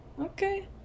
okay